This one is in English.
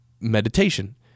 meditation